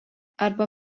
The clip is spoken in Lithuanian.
arba